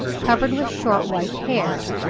covered with short white hair,